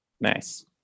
Nice